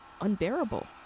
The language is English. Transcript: unbearable